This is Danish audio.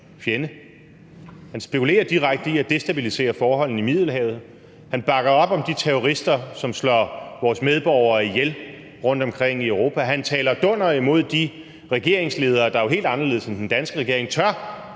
sige. Han spekulerer direkte i at destabilisere forholdene i Middelhavet. Han bakker op om de terrorister, som slår vores medborgere ihjel rundtomkring i Europa. Han taler dunder imod de regeringsledere, der jo helt anderledes end den danske regering tør